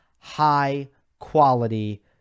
high-quality